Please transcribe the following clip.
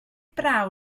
braw